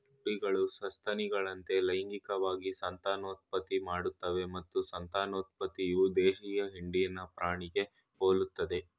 ಕುರಿಗಳು ಸಸ್ತನಿಗಳಂತೆ ಲೈಂಗಿಕವಾಗಿ ಸಂತಾನೋತ್ಪತ್ತಿ ಮಾಡ್ತವೆ ಮತ್ತು ಸಂತಾನೋತ್ಪತ್ತಿಯು ದೇಶೀಯ ಹಿಂಡಿನ ಪ್ರಾಣಿಗೆ ಹೋಲ್ತದೆ